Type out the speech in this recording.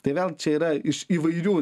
tai vėl čia yra iš įvairių